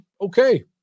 Okay